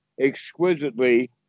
exquisitely